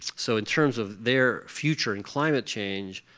so in terms of their future and climate change,